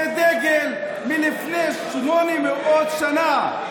זה דגל מלפני 800 שנה.